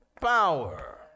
power